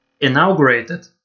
inaugurated